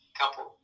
couple